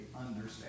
understand